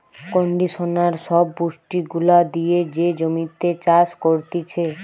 conditioner সব পুষ্টি গুলা দিয়ে যে জমিতে চাষ করতিছে